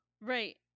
Right